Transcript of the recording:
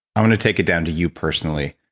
i'm going to take it down to you personally.